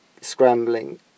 scrambling